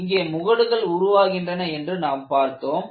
இங்கே முகடுகள் உருவாகின்றன என்று நாம் பார்த்தோம்